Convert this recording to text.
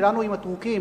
שלנו עם הטורקים,